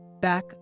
back